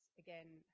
Again